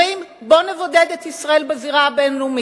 אומרים: בואו נבודד את ישראל בזירה הבין-לאומית,